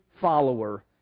follower